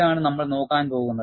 ഇതാണ് നമ്മൾ നോക്കാൻ പോകുന്നത്